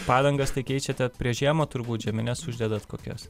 padangas tai keičiate prieš žiemą turbūt žiemines uždedant kokias